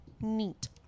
neat